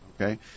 Okay